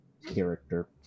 Character